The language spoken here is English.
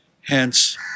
hence